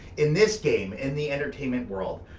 in this game, in the entertainment world,